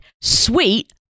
sweet